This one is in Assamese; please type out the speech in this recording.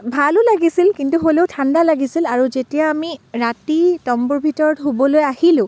ভালোঁ লাগিছিল কিন্তু হ'লেও ঠাণ্ডা লাগিছিল আৰু যেতিয়া আমি ৰাতি তম্বুৰ ভিতৰত শুবলৈ আহিলোঁ